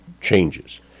changes